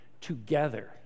together